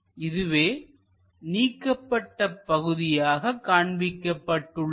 இதுவே நீக்கப்பட்ட பகுதியாக காண்பிக்கப்பட்டுள்ளது